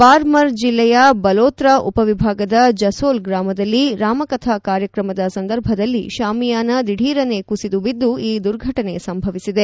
ಬಾರ್ಮರ್ ಜಿಲ್ಲೆಯ ಬಲೋತ್ರಾ ಉಪವಿಭಾಗದ ಜಸೋಲ್ ಗ್ರಾಮದಲ್ಲಿ ರಾಮಕಥಾ ಕಾರ್ಯಕ್ರಮದ ಸಂದರ್ಭದಲ್ಲಿ ಶಾಮಿಯಾನ ದಿಧೀರನೇ ಕುಸಿದು ಬಿದ್ದು ಈ ದುರ್ಘಟನೆ ಸಂಭವಿಸಿದೆ